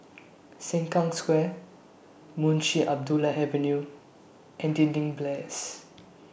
Sengkang Square Munshi Abdullah Avenue and Dinding Place